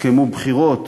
התקיימו בחירות